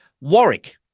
Warwick